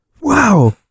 Wow